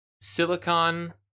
silicon